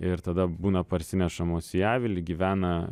ir tada būna parsinešamos į avilį gyvena